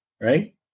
right